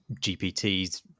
GPTs